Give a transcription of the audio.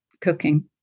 cooking